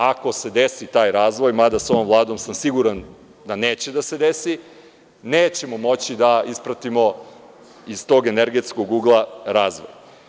Ako se desi taj razvoj, mada sa ovom Vladom sam siguran da neće da se desi, nećemo moći da ispratimo iz tog energetskog ugla razvoj.